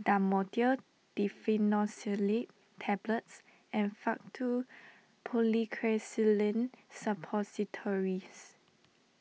Dhamotil Diphenoxylate Tablets and Faktu Policresulen Suppositories